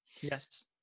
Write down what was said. Yes